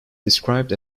described